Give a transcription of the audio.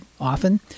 often